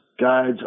guides